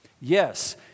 Yes